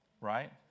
right